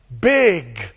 Big